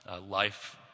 life